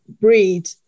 breed